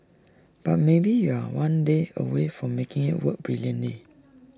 but maybe you're one day away from making IT work brilliantly